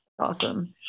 Awesome